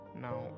now